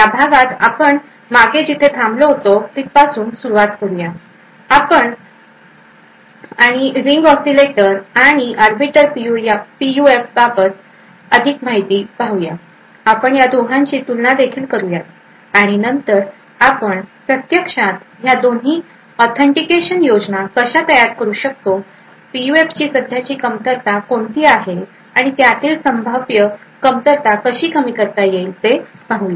या भागात आपण जिथे थांबलो होतो पासून सुरुवात करुया आपण आणि रिंग ऑसीलेटर आणि आर्बिटर पीयूएफ याबाबत अधिक माहिती पाहूया आपण या दोघांची तुलना देखील करूयात आणि नंतर आपण प्रत्यक्षात ह्या दोन्ही ऑथेंटिकेशन योजना कशा तयार करू शकू पीयूएफची सध्याची कमतरता कोणती आहे आणि त्यातील संभाव्य कमतरता कशी कमी करता येईल ते पाहू